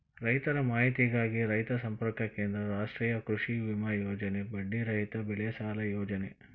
ರೈತರ ಮಾಹಿತಿಗಾಗಿ ರೈತ ಸಂಪರ್ಕ ಕೇಂದ್ರ, ರಾಷ್ಟ್ರೇಯ ಕೃಷಿವಿಮೆ ಯೋಜನೆ, ಬಡ್ಡಿ ರಹಿತ ಬೆಳೆಸಾಲ ಯೋಜನೆ